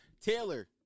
Taylor